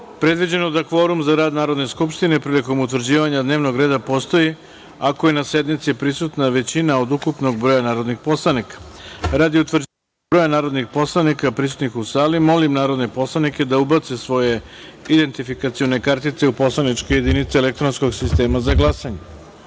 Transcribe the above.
predviđeno da kvorum za rad Narodne skupštine prilikom utvrđivanja dnevnog reda postoji ako je na sednici prisutna većina od ukupnog broja narodnih poslanika. Radi utvrđivanja broja narodnih poslanika prisutnih u sali, molim narodne poslanike da ubace svoje identifikacione kartice u poslaničke jedinice elektronskog sistema za